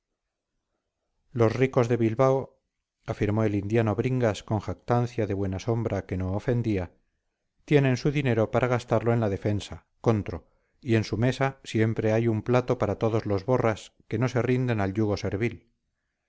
los ricos de bilbao afirmó el indiano bringas con jactancia de buena sombra que no ofendía tienen su dinero para gastarlo en la defensa contro y en su mesa siempre hay un plato para todos los borras que no se rinden al yugo servil